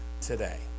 today